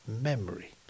memory